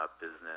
business